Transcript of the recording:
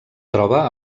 troba